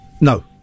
No